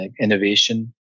innovation